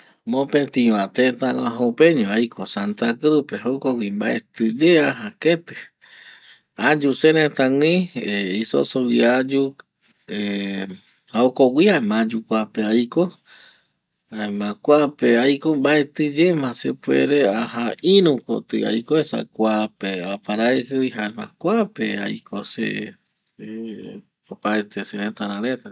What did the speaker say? Mopeti va teta guaju pe ño aiko santa cruz pe jokgüi vaeti ye aja keti ayu sereta güi ˂hesitation˃ izozo güi ayu ˂hesitation˃ jokgüi ayu kuape aiko jaema kuape aiko mbaeti ye ma se puere aja iru kotai aiko esa kuape aparaiki vi jare kuape aiko se opaete se reta ra reta ndie.